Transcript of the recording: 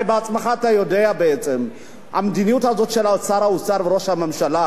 הרי בעצמך אתה יודע שהמדיניות הזאת של שר האוצר וראש הממשלה,